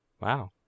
Wow